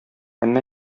әмма